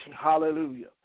Hallelujah